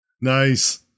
Nice